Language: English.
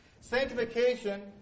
Sanctification